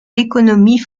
l’économie